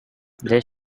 their